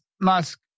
Musk